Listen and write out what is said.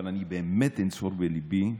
אבל אני באמת אנצור בליבי,